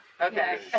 okay